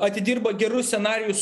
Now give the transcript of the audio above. atidirbo gerus scenarijus